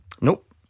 Nope